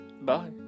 Bye